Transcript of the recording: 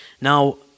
Now